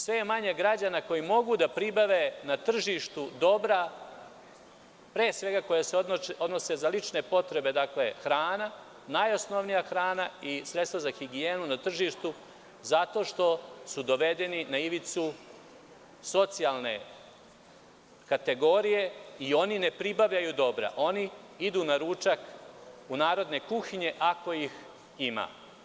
Sve je manje građana koji mogu da pribave na tržištu dobra, pre svega koja se odnose za lične potrebe, kao što je najosnovnija hrana i sredstva za higijenu na tržištu, zato što su dovedeni na ivicu socijalne kategorije i oni ne pribavljaju dobra, oni idu na ručak u narodne kuhinje, ako ih ima.